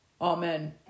Amen